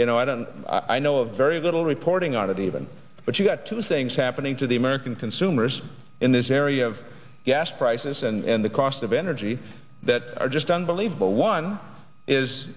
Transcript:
you know i don't i know a very little reporting on that even but you got two things happening to the american consumers in this area of gas prices and the cost of energy that are just unbelievable one is